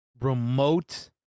remote